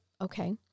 Okay